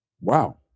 wow